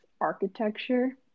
architecture